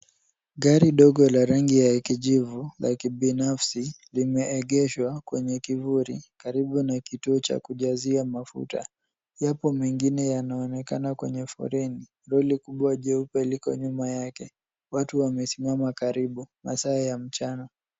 Gari dogo la rangi ya kijivu la kibinafsi limeegeshwa kwenye kivuli karibu na kituo cha kujazia mafuta. Yapo mengine yanaonekana kwenye foleni. Lori kubwa jeupe liko nyuma yake. Watu wamesimama karibu. Masaa ya mchana.